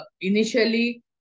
initially